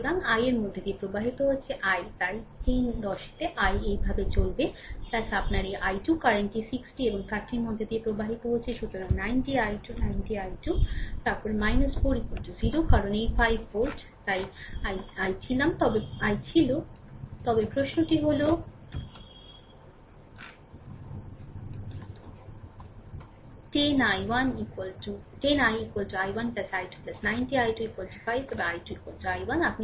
সুতরাং i এর মধ্য দিয়ে প্রবাহিত হচ্ছি i তাই 10 তে i এইভাবে চলবে আপনার এই i2 কারেন্টটি 60 এবং 30 এর মধ্য দিয়ে প্রবাহিত হচ্ছে সুতরাং 90 i2 90 i2 তারপরে 4 0 কারণ এই 5 ভোল্ট তাই তবে I ছিল তবে প্রশ্নটি হল 10 i i1 i2 90 i2 5 তবে i2 i1